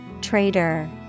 Trader